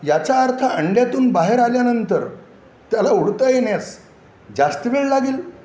याचा अर्थ अंड्यातून बाहेर आल्यानंतर त्याला उडता येण्यास जास्त वेळ लागेल